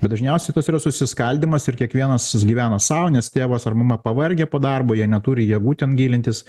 bet dažniausiai toks yra susiskaldymas ir kiekvienas gyvena sau nes tėvas ar mama pavargę po darbo jie neturi jėgų ten gilintis